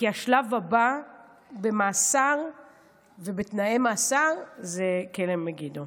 כי השלב הבא במאסר ובתנאי מאסר זה כלא מגידו.